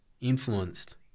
influenced